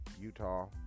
Utah